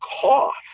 cost